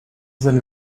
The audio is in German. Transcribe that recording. seine